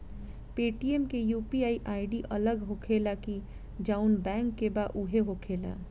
Paytm के UPI ID अलग होखेला की जाऊन बैंक के बा उहे होखेला?